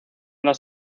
las